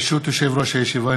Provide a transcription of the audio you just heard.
ברשות יושב-ראש הישיבה,